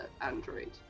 android